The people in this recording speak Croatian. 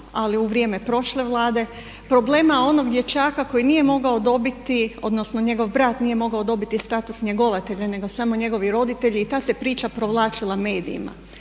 ali u vrijeme prošle Vlade problema onog dječaka koji nije mogao dobiti odnosno njegov brat nije mogao dobiti status njegovatelja nego samo njegovi roditelji. I ta se priča provlačila medijima.